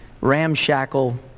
ramshackle